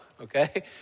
okay